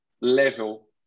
level